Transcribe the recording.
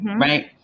Right